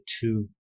two